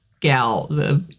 gal